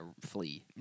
flee